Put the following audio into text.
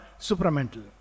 supramental